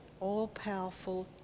all-powerful